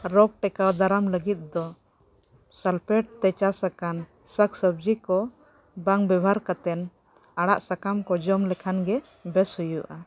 ᱨᱳᱜᱽ ᱴᱮᱠᱟᱣ ᱫᱟᱨᱟᱢ ᱞᱟᱹᱜᱤᱫ ᱫᱚ ᱛᱮ ᱪᱟᱥ ᱟᱠᱟᱱ ᱥᱟᱠ ᱥᱚᱵᱽᱡᱤ ᱠᱚ ᱵᱟᱝ ᱵᱮᱵᱚᱦᱟᱨ ᱠᱟᱛᱮᱫ ᱟᱲᱟᱜᱼᱥᱟᱠᱟᱢ ᱠᱚ ᱡᱚᱢ ᱞᱮᱠᱷᱟᱱ ᱜᱮ ᱵᱮᱥ ᱦᱩᱭᱩᱜᱼᱟ